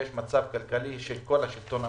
יש מצב כלכלי בכל השלטון המקומי,